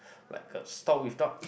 like a store without